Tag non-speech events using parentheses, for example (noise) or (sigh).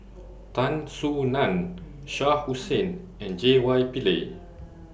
(noise) Tan Soo NAN Shah Hussain and J Y Pillay